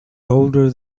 older